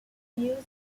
used